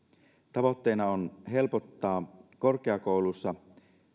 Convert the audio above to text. tavoitteena on helpottaa korkeakoulussa